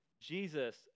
Jesus